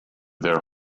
their